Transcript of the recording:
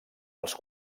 els